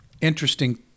interesting